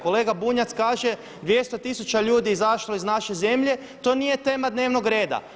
Kolega Bunjac kaže 200 tisuća ljudi je izašlo iz naše zemlje to nije tema dnevnog reda.